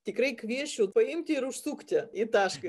tikrai kviesčiau paimti ir užsukti į tašką